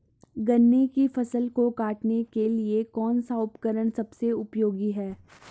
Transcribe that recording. गन्ने की फसल को काटने के लिए कौन सा उपकरण सबसे उपयोगी है?